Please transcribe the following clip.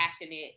passionate